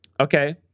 okay